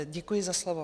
Děkuji za slovo.